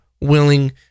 willing